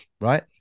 right